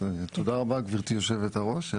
(באמצעות מצגת) תודה רבה, גבירתי יושבת הראש.